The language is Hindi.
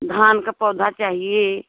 धान का पौधा चाहिए